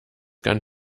ganz